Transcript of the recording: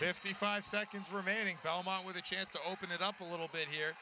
fifty five seconds remaining belmont with a chance to open it up a little bit here